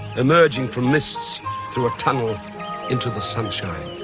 emerging from mists through a tunnel into the sunshine.